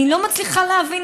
אני לא מצליחה להבין.